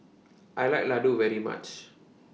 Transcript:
I like Ladoo very much